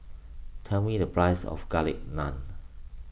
tell me the price of Garlic Naan